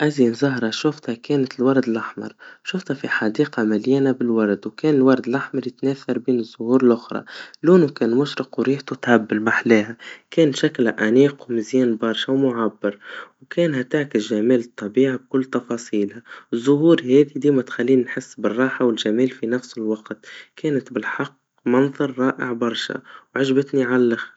أزين زهرا شفتها كانت الورد الاحمر, شفتها في حديقا مليانا بالورد, وكان الوورد الاحمر يتناثر بين الزهور الاخرى, لونه كان مشرق وريحته تهبل, ماحلاها, كان شكله أنيق ومزيان برشا ومعبر, وكان هداك جمال الطبيعيا بكل تفاصيلها, والزهور هادي متخلينا نحس بالجمال والراحا بنفس الوقت, كانت بالحق منظر رائع برشا, وعجبتني على الآخر.